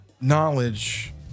knowledge